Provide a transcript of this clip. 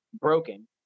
broken